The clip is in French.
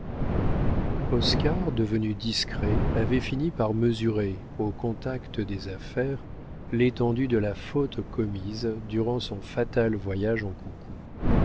oscar devenu discret avait fini par mesurer au contact des affaires l'étendue de la faute commise durant son fatal voyage en coucou